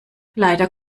leider